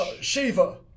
Shiva